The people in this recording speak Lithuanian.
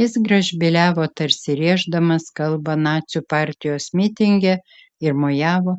jis gražbyliavo tarsi rėždamas kalbą nacių partijos mitinge ir mojavo